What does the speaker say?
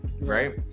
right